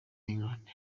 england